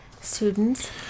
students